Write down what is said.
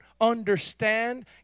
understand